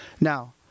Now